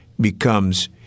becomes